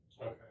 Okay